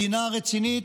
מדינה רצינית,